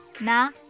Na